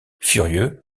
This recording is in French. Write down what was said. furieux